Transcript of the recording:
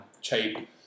Cheap